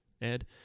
Ed